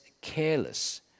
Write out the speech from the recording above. careless